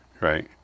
right